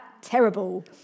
terrible